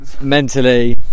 mentally